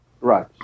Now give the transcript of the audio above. Right